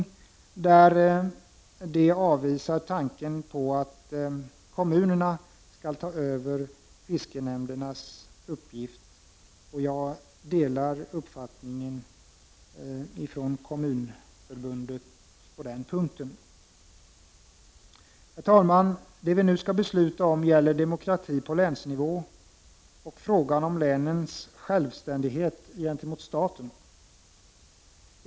Kommunförbundet avvisar tanken att kommunerna skall ta över fiskenämndernas uppgifter, och jag delar dess uppfattning på den punkten. Herr talman! Den fråga vi nu skall besluta om gäller demokrati på länsnivå och länens självständighet gentemot staten.